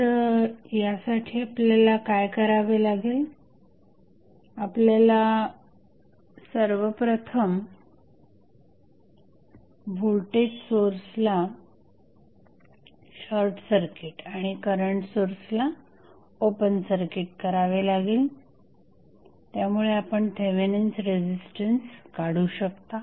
तर यासाठी आपल्याला काय करावे लागेल आपल्याला सर्वप्रथम व्होल्टेज सोर्स ला शॉर्टसर्किट आणि करंट सोर्स ला ओपनसर्किट करावे लागेल त्यामुळे आपण थेवेनिन्स रेझिस्टन्स काढू शकता